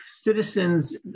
citizens